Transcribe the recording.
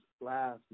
last